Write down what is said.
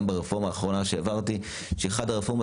גם ברפורמה האחרונה שהעברתי שהיא אחת הרפורמות